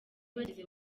bageze